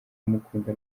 kumukunda